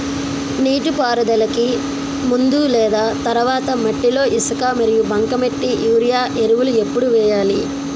నీటిపారుదలకి ముందు లేదా తర్వాత మట్టిలో ఇసుక మరియు బంకమట్టి యూరియా ఎరువులు ఎప్పుడు వేయాలి?